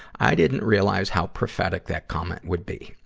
i didn't realize how prophetic that comment would be.